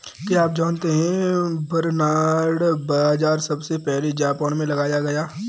क्या आप जानते है बरनार्ड बाजरा सबसे पहले जापान में उगाया गया